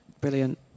Brilliant